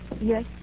Yes